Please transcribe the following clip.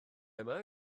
yma